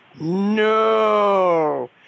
No